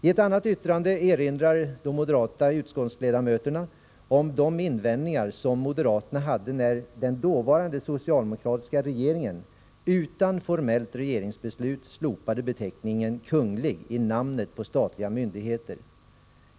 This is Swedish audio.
I ett annat yttrande erinrar de moderata utskottsledamöterna om de invändningar som moderaterna hade när den dåvarande socialdemokratiska regeringen utan formellt regeringsbeslut slopade beteckningen kunglig i namnet på statliga myndigheter.